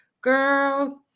girl